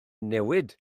newid